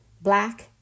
black